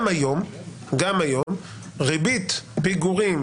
גם היום ריבית פיגורים